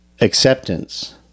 acceptance